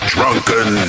Drunken